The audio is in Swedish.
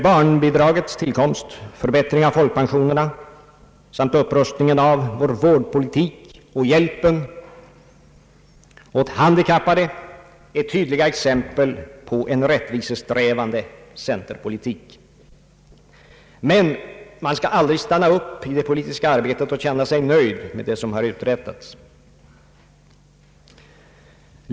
Barnbidragets tillkomst, förbättringen av folkpensionerna, upprustningen av vårdpolitiken och hjälpen åt handikappade är tydliga exempel på en rättvisesträvande centerpolitik. Men man skall aldrig stanna upp i det politiska arbetet och känna sig nöjd med det som har uträttats.